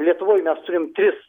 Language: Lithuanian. lietuvoj mes turim tris